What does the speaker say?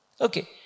Okay